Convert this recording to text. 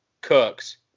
cooks